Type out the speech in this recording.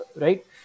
right